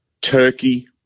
Turkey